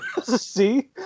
See